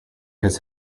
his